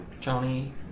Johnny